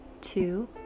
two